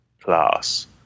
class